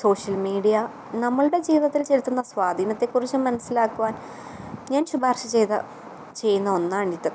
social media നമ്മളുടെ ജീവിതത്തിൽ ചെലുത്തുന്ന സ്വാധീനത്തെക്കുറിച്ച് മനസ്സിലാക്കുവാൻ ഞാൻ ശുപാർശ ചെയ്ത ചെയ്യുന്ന ഒന്നാണിത്